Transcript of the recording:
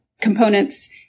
components